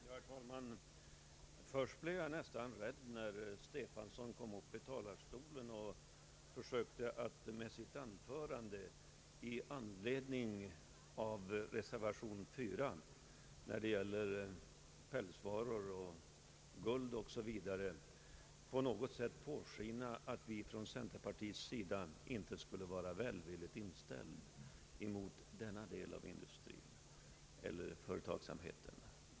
Herr talman! Först blev jag nästan rädd när herr Stefanson kom upp i talarstolen och med sitt anförande i anledning av reservation 4, som gäller pälsvaror, guld osv., på något sätt lät påskina att vi från centerpartiets sida inte skulle vara välvilligt inställda emot denna del av företagsamheten.